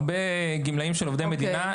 הרבה גמלאים שעבדו בשירות המדינה,